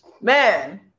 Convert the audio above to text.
Man